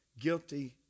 guilty